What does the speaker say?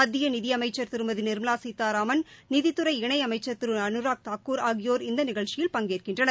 மத்தியநிதிஅமைச்சர் திருமதிநிர்மலாசீதாராமன் நிதித்துறை இணைஅமைச்சர் திருஅனுராக் தாக்கூர் ஆகியோர் இந்தநிகழ்ச்சியில் பங்கேற்கின்றனர்